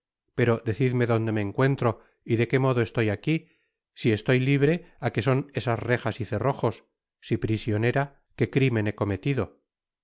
pero decidme donde me encuentro y de qué modo estoy aquí si estoy libre á qué son esas rejas y cerrojos si prisionera qué crimen he cometido